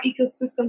ecosystem